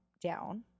down